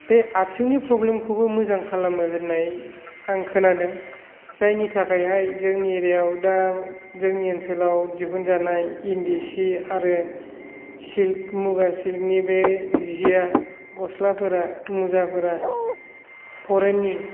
बे आथिंनि प्रब्लेम खौबो मोजां खालामो होननाय आं खोनादों जायनि थाखायहाय जोंनि एरिया आव दा जोंनि ओनसोलाव दिहुन जानाय इन्दि सि आरो सिल्क मुगा सिल्क नि बे सिआ गस्लाफोरा मुजाफोरा फरेन नि